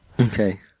Okay